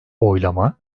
oylama